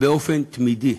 באופן תמידי.